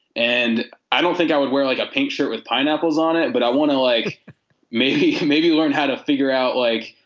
and i don't think i would wear like a pink shirt with pineapples on it. but i want to like maybe maybe learn how to figure out like,